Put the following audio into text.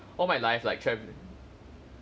all my life like travelling